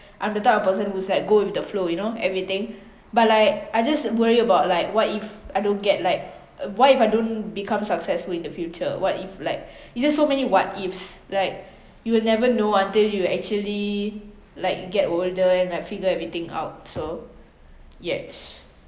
I'm the type of person who's like go with the flow you know everything but like I just worry about like what if I don't get like a what if I don't become successful in the future what if like it's just so many what ifs like you will never know until you actually like get older and like figure everything out so yes